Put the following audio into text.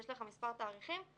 יש לך מספר תאריכים,